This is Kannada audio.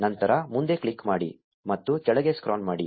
ನಂತರ ಮುಂದೆ ಕ್ಲಿಕ್ ಮಾಡಿ ಮತ್ತು ಕೆಳಗೆ ಸ್ಕ್ರಾಲ್ ಮಾಡಿ